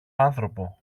άνθρωπο